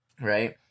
right